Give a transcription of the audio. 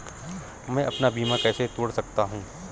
मैं अपना बीमा कैसे तोड़ सकता हूँ?